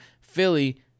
Philly